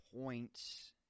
points